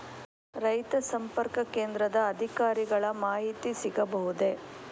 ರೈತ ಸಂಪರ್ಕ ಕೇಂದ್ರದ ಅಧಿಕಾರಿಗಳ ಮಾಹಿತಿ ಸಿಗಬಹುದೇ?